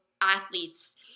athletes